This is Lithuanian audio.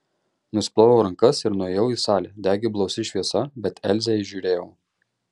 nusiploviau rankas ir nuėjau į salę degė blausi šviesa bet elzę įžiūrėjau